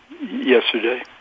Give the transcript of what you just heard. yesterday